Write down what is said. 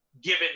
given